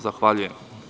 Zahvaljujem.